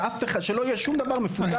שאף אחד שלא יהיה שום דבר מפוברק בשום מקום אחר.